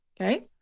Okay